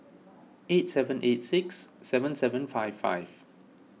eight seven eight six seven seven five five